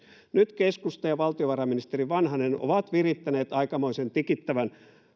nyt keskusta ja valtiovarainministeri vanhanen ovat virittäneet aikamoisen tikittävän